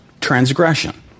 transgression